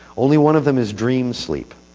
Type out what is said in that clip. only one of them is dream sleep.